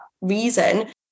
reason